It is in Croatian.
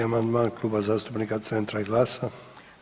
79. amandman Kluba zastupnika Centra i GLAS-a.